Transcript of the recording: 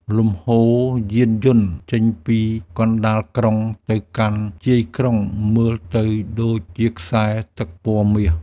លំហូរយានយន្តចេញពីកណ្ដាលក្រុងទៅកាន់ជាយក្រុងមើលទៅដូចជាខ្សែទឹកពណ៌មាស។